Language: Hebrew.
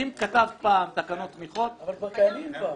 אם כתבת פעם תקנות תמיכות --- אבל קיימים כבר.